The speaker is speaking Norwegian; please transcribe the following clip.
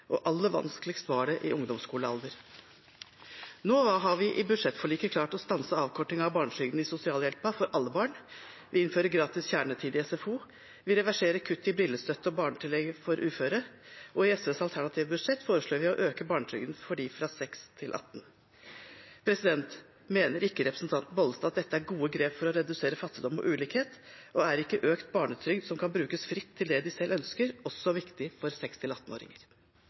og aller vanskeligst var det i ungdomsskolealder. Nå har vi i budsjettforliket klart å stanse avkortningen av barnetrygden i sosialhjelpen for alle barn, vi innfører gratis kjernetid i SFO, vi reverserer kutt i brillestøtte og barnetillegg for uføre, og i SVs alternative budsjett foreslår vi å øke barnetrygden for dem fra 6 til 18 år. Mener ikke representanten Vervik Bollestad at dette er gode grep for å redusere fattigdom og ulikhet? Og er ikke økt barnetrygd som kan brukes fritt til det man selv ønsker, også viktig for